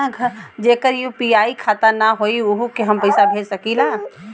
जेकर यू.पी.आई खाता ना होई वोहू के हम पैसा भेज सकीला?